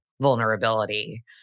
vulnerability